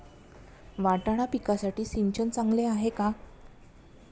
वाटाणा पिकासाठी सिंचन चांगले आहे का?